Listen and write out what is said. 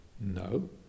no